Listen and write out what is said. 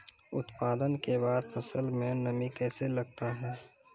उत्पादन के बाद फसल मे नमी कैसे लगता हैं?